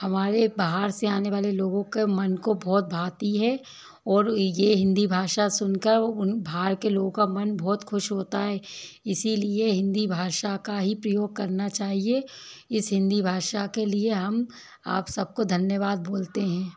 हमारे बाहर से आने वाले लोगों के मन को बहुत भाती है और यह हिंदी भाषा सुन कर उन बाहर के लोगों का मन बहुत खुश होता है इसीलिए हिंदी भाषा का ही प्रयोग करना चाहिए इस हिंदी भाषा के लिए हम आप सबको धन्यवाद बोलते हैं